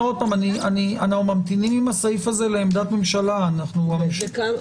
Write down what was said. אנו ממתינים עם הסעיף הזה לעמדת ממשלה אני אומר שוב.